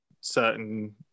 certain